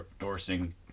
endorsing